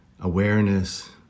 awareness